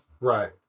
Right